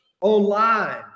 online